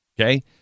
Okay